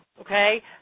okay